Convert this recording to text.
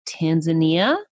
Tanzania